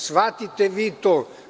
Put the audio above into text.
Shvatite vi to.